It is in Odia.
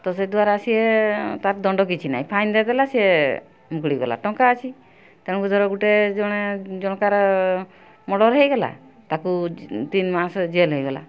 ତ ସେ ଦ୍ୱାରା ସିଏ ତାର ଦଣ୍ଡ କିଛି ନାହିଁ ଫାଇନ୍ ଦେଇଦେଲା ସିଏ ମୁକୁଳିଗଲା ଟଙ୍କା ଅଛି ତେଣୁକୁ ଧର ଗୋଟେ ଜଣେ ଜଣଙ୍କର ମର୍ଡ଼ର ହେଇଗଲା ତାକୁ ତିନି ମାସ ଜେଲ୍ ହେଇଗଲା